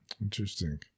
Interesting